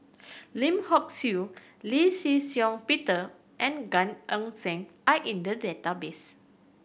Lim Hock Siew Lee Shih Shiong Peter and Gan Eng Seng are in the database